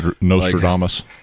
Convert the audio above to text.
Nostradamus